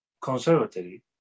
conservatory